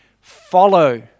follow